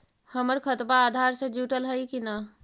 हमर खतबा अधार से जुटल हई कि न?